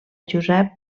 josep